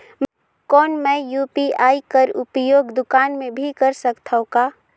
कौन मै यू.पी.आई कर उपयोग दुकान मे भी कर सकथव का?